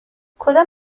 کدام